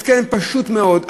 התקן פשוט מאוד,